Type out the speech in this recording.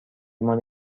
مال